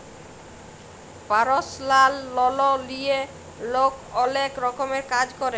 পারসলাল লল লিঁয়ে লক অলেক রকমের কাজ ক্যরে